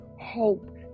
hope